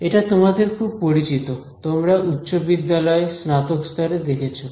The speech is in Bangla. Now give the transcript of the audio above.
এটা তোমাদের খুব পরিচিত তোমরা উচ্চ বিদ্যালয় এ স্নাতক স্তরে দেখেছো